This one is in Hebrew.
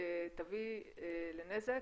תביא לנזק